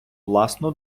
власну